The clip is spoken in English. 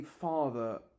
father